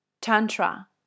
tantra